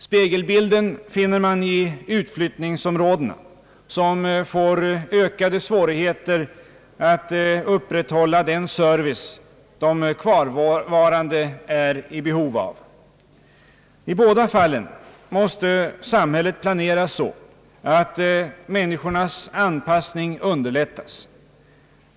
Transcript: Spegelbilden finner man i utflyttningsområdena, som får ökade svårigheter att upprätthålla den service de kvarvarande är i behov av. I båda fallen måste samhället planeras så att människornas anpassning underlättas.